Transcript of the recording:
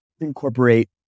incorporate